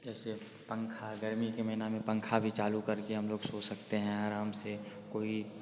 जैसे पंखा गर्मी के महीने में पंखा भी चालू कर के हम लोग सो सकते हैं आराम से कोई